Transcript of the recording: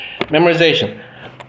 Memorization